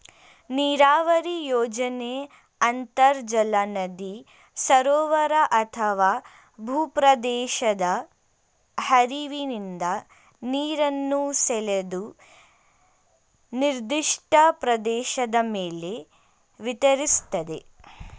ನೀರಾವರಿ ಯೋಜನೆ ಅಂತರ್ಜಲ ನದಿ ಸರೋವರ ಅಥವಾ ಭೂಪ್ರದೇಶದ ಹರಿವಿನಿಂದ ನೀರನ್ನು ಸೆಳೆದು ನಿರ್ದಿಷ್ಟ ಪ್ರದೇಶದ ಮೇಲೆ ವಿತರಿಸ್ತದೆ